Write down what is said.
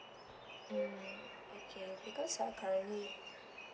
mm okay because ah currently